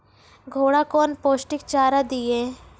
घोड़ा कौन पोस्टिक चारा दिए?